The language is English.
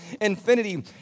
infinity